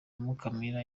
mukamira